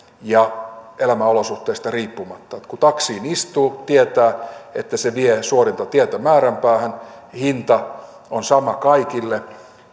ja elämän olosuhteista riippumatta kun taksiin istuu tietää että se vie suorinta tietä määränpäähän hinta on sama kaikille